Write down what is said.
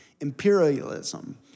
imperialism